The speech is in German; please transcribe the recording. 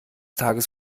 tages